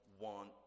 want